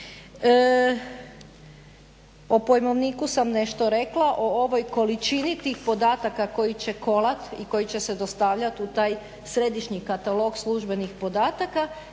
O pojmovniku sam nešto rekla, o ovoj količini tih podataka koji će kolati i koji će se dostavljati u taj središnji katalog službenih podataka.